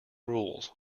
rules